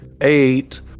eight